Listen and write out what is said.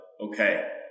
Okay